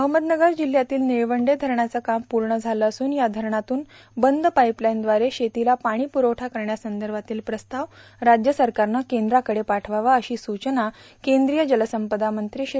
अहमदनगर जिल्ह्यातील विछवंडे धरणाचे कामपूर्ण झाले असून या धरणातून बंद पाईपलाईनद्वारे शेतीला पाणी प्रसवठा करण्यासंदर्भातील प्रस्ताव राज्य सरकारनं केंद्राकडे पाळवावा अशी सूचना केंद्रीय जलसंपदा मंत्री श्री